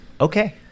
Okay